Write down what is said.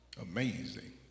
Amazing